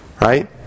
Right